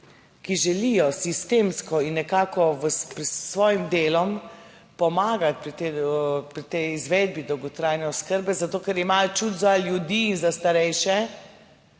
ki želijo sistemsko in nekako s svojim delom pomagati pri tej izvedbi dolgotrajne oskrbe, zato ker imajo čut za ljudi in za starejše,